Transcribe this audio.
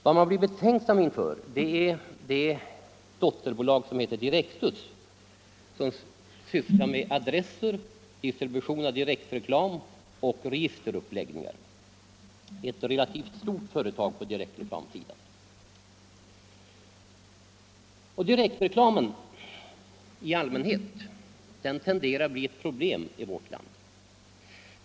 Vad man blir betänksam inför är dotterbolaget Direktus, som sysslar med adresser, distribution av direktreklam och registeruppläggningar, ett relativt stort företag på direktreklamsidan. Direktreklamen i allmänhet tenderar att bli ett problem i vårt land.